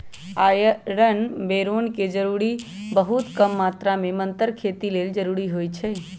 iron boron के जरूरी बहुत कम मात्र में मतर खेती लेल जरूरी होइ छइ